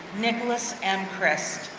nicholas m. prest.